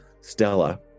Stella